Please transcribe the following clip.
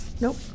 Nope